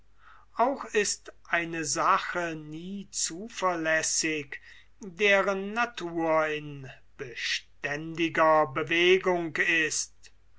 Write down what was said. auch ist eine sache nie zuverlässig deren natur in bewegung ist